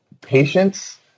patience